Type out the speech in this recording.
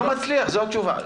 לא מצליח, זו התשובה.